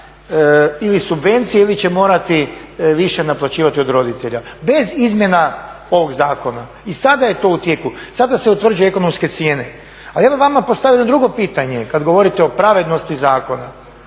ili subvencije ili će morati više naplaćivati od roditelja, bez izmjena ovog zakona i sada je to u tijeku. Sada se utvrđuju ekonomske cijene. A ja bih vama postavio drugo pitanje, kad govorite o pravednosti zakona.